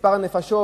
מספר נפשות,